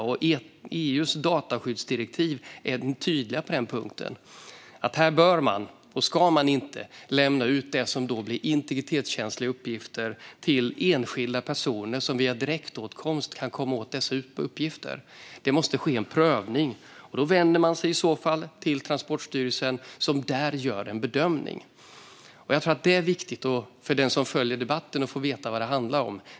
EU:s dataskyddsdirektiv är tydligt på denna punkt: Man bör inte och ska inte lämna ut vad som kan vara integritetskänsliga uppgifter till enskilda, som då kan komma åt dessa uppgifter via direktåtkomst. Det måste ske en prövning. I så fall görs en ansökan till Transportstyrelsen, som då gör en bedömning. Jag tror att det är viktigt för den som följer debatten att få veta vad det handlar om.